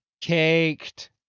caked